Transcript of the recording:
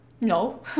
no